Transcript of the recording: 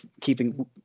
keeping –